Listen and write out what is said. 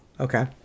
okay